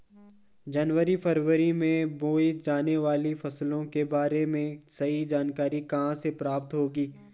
जनवरी फरवरी में बोई जाने वाली फसलों के बारे में सही जानकारी कहाँ से प्राप्त होगी?